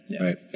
Right